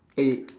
eh